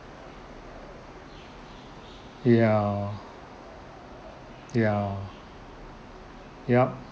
ya ya yup